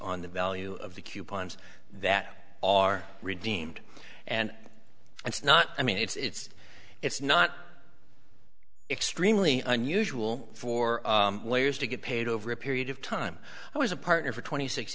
on the value of the coupons that are redeemed and it's not i mean it's it's not extremely unusual for layers to get paid over a period of time i was a partner for twenty six